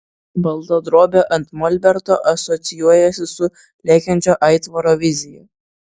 balta drobė ant molberto asocijuojasi su lekiančio aitvaro vizija